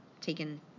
taken